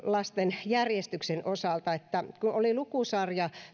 lasten järjestyksen osalta että kun oli lukusarja